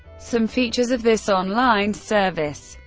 some features of this online service,